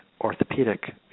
orthopedic